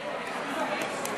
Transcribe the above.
אדוני היושב-ראש,